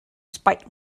spite